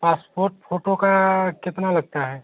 passport photo का कितना लगता है